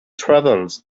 travels